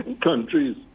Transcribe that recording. countries